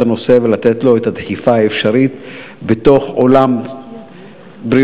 הנושא ולתת לו את הדחיפה האפשרית בתוך עולם הבריאות,